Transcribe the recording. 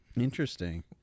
Interesting